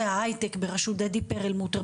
ההיי טק, בראשות דדי פרלמוטר.